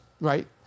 right